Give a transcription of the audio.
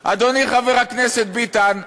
אדוני חבר הכנסת ביטן,